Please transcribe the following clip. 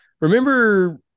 remember